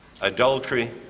adultery